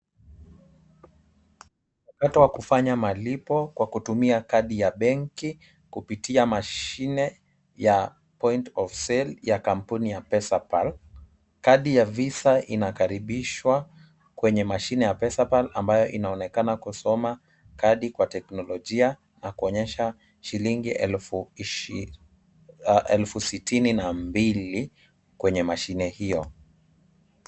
Wakati wa kufanya malipo kwa kutumia kadi ya benki, kupitia mashine, ya point of sale , ya kampuni ya PesaPal, kadi ya Visa inakaribishwa kwenye mashine ya PesaPal ambayo inaonekana kusoma kadi kwa teknolojia na kuonyesha shilingi elfu sitini na mbili kwenye mashine hiyo.